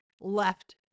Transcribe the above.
left